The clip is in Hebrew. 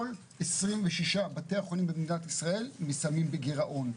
כל 26 בתי החולים במדינת ישראל מסיימים בגירעון.